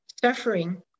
suffering